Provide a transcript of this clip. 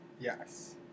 yes